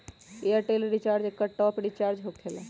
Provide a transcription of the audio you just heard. Airtel recharge एकर top off recharge होकेला?